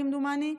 כמדומני.